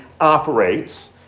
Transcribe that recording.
operates